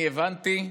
אני הבנתי,